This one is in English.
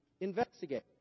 Investigate